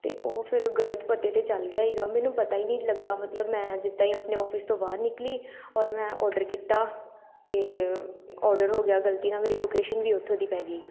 ਅਤੇ ਉਹ ਫਿਰ ਗਲਤ ਪਤੇ 'ਤੇ ਚੱਲ ਗਿਆ ਸੀਗਾ ਮੈਨੂੰ ਪਤਾ ਹੀ ਨਹੀਂ ਲੱਗਾ ਮਤਲਬ ਮੈਂ ਜਿੱਦਾਂ ਹੀ ਆਪਣੇ ਔਫਿਸ ਤੋਂ ਬਾਹਰ ਨਿਕਲੀ ਔਰ ਮੈਂ ਔਡਰ ਕੀਤਾ ਤਾਂ ਔਡਰ ਹੋ ਗਿਆ ਗਲਤੀ ਨਾਲ ਮੇਰੀ ਲੋਕੇਸ਼ਨ ਵੀ ਉੱਥੋਂ ਦੀ ਪੈ ਗਈ